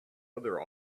other